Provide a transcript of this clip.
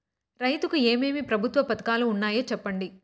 రైతుకు ఏమేమి ప్రభుత్వ పథకాలు ఉన్నాయో సెప్పండి?